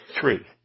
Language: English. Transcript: three